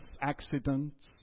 accidents